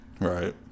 Right